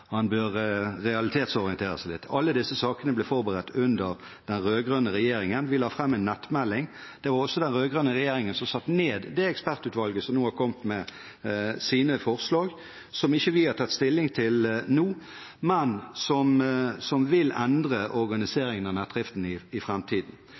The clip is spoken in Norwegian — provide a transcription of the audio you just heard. han bør realitetsorientere seg litt. Alle disse sakene ble forberedt under den rød-grønne regjeringen. Vi la fram en nettmelding. Det var også den rød-grønne regjeringen som satte ned det ekspertutvalget som nå er kommet med sine forslag, som vi ikke har tatt stilling til nå, men som vil endre organiseringen av nettdriften i